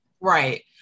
Right